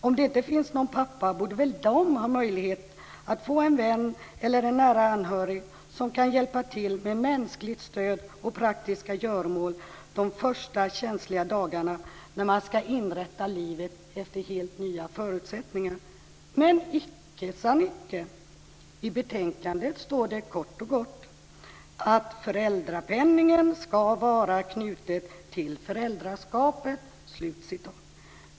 Om det inte finns någon pappa borde väl de här mammorna ha möjlighet att få en vän eller en nära anhörig som kan hjälpa till med mänskligt stöd och praktiska göromål de första känsliga dagarna när man ska inrätta livet efter helt nya förutsättningar. Men icke, sa Nicke! I betänkandet står det kort och gott att "föräldrapenningen skall vara knuten till föräldraskapet".